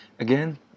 Again